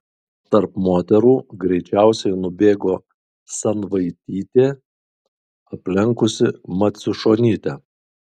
tarp moterų greičiausiai nubėgo sanvaitytė aplenkusi maciušonytę